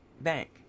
Bank